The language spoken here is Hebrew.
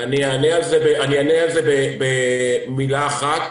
אענה על זה במילה אחת: